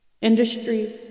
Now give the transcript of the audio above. industry